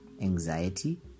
anxiety